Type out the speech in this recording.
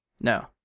No